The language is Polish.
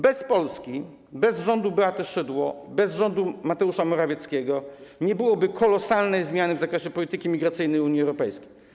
Bez Polski, bez rządu Beaty Szydło, bez rządu Mateusza Morawieckiego nie byłoby kolosalnej zmiany w zakresie polityki migracyjnej Unii Europejskiej.